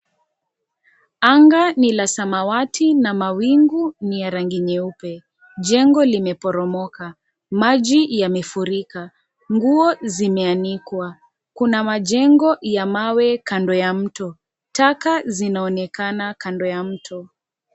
Anga ni la samawati na mawingu ni ya rangi nyeupe, jengo limeporomoka. Maji yamefurika. Nguo zimeanikwa. Kuna majengo ya mawe kando ya mto. Taka zinaonekana kando ya mto.